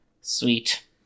Sweet